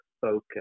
focus